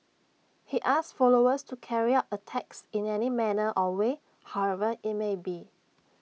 he asked followers to carry out attacks in any manner or way however IT may be